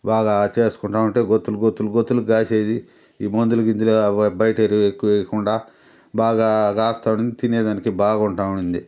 బాగా చేసుకుంటా ఉన్నామంటే బాగా గొత్తులు గొత్తులుగా కాసేది ఈ మందులు గిందులు బయటెరువు ఎక్కువగా ఎయ్యకుండా బాగా కాస్తా ఉన్నింది తినేదానికి బాగుంటా ఉన్నింది